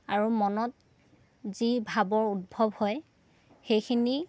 আৰু মনত যি ভাৱৰ উদ্ভৱ হয় সেইখিনি